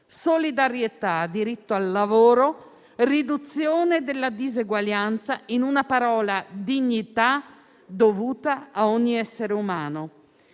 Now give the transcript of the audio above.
solidarietà, diritto al lavoro e riduzione della diseguaglianza. In una parola: dignità dovuta a ogni essere umano.